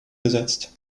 gesetzt